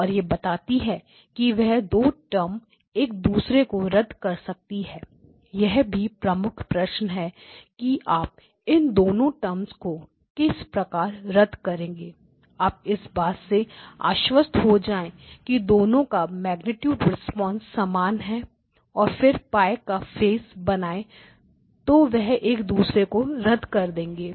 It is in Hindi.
और यह बताती है कि वे 2 टर्म एक दूसरे को रद्द कर सकती है यह भी प्रमुख प्रश्न है कि आप इन दोनों टर्म को किस प्रकार रद्द करेंगे आप इस बात से आश्वस्त हो जाए कि दोनों का मेग्नीट्यूड रिस्पांस समान है और फिर π का फेस बनाइए तो वह एक दूसरे को रद्द कर देंगे